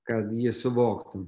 kad jį suvoktum